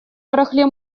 барахле